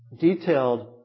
detailed